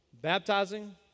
Baptizing